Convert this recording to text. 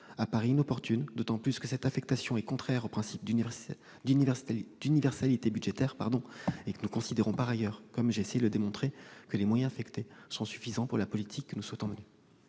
apparaît inopportune, d'autant plus qu'elle serait contraire au principe d'universalité budgétaire. Nous considérons par ailleurs, comme j'ai essayé de le démontrer, que les moyens affectés sont suffisants pour la politique que nous souhaitons mener.